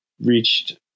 reached